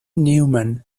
newman